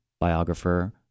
biographer